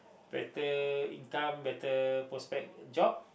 better income better prospect job